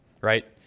Right